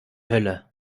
hölle